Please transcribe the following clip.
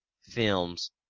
films